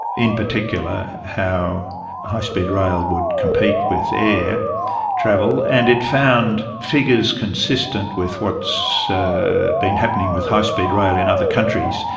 in particular how high speed rail would compete with air travel, and it found figures consistent with what has so been happening with high speed rail in other countries.